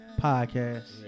Podcast